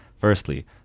Firstly